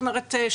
זאת אומרת,